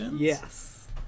Yes